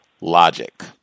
Logic